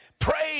Praise